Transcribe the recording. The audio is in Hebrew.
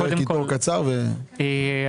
דניאל.